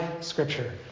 Scripture